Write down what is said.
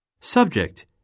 Subject